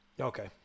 okay